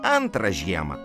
antrą žiemą